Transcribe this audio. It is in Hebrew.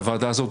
עם ועדה הזאת,